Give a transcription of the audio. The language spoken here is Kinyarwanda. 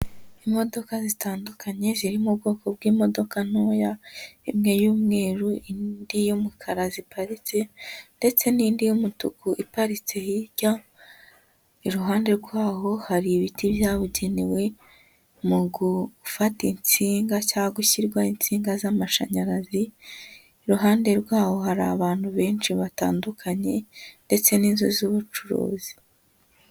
Imodoka zitandukanye ziririmo ubwoko bw'imodoka ntoya, imwe y'umweru indi y'umukara ziparitse, ndetse n'indi y'umutuku iparitse hirya, iruhande rwaho hari ibiti byabugenewe mu gufata insinga cyangwa gushyirwa insinga z'amashanyarazi, iruhande rwawo hari abantu benshi batandukanye ndetse n'inzu z'ubucuruzi.